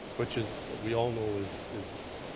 which is we all know is is